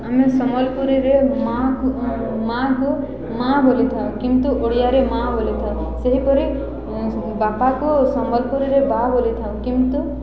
ଆମେ ସମ୍ବଲପୁରୀରେ ମା'କୁ ମା'କୁ ମା' ବୋଲିଥାଉ କିନ୍ତୁ ଓଡ଼ିଆରେ ମା' ବୋଲିଥାଉ ସେହିପରି ବାପାକୁ ସମ୍ବଲପୁରୀରେ ବା ବୋଲିଥାଉଁ କିନ୍ତୁ